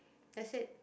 that is